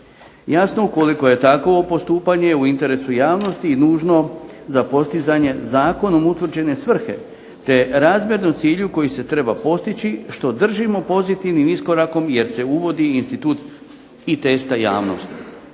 jasno ukoliko je takvo postupanje u interesu javnosti nužno za postizanje zakonom utvrđene svrhe te razmjerno cilju koji se treba postići što držimo pozitivnim iskorakom jer se uvodi institut i testa javnosti.